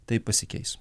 tai pasikeis